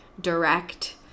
direct